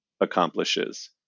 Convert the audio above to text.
Accomplishes